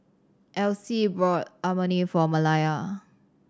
Elsie bought Imoni for Malaya